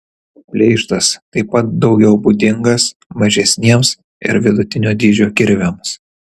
pleištas taip pat daugiau būdingas mažesniems ir vidutinio dydžio kirviams